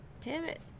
Pivot